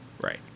Right